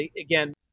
again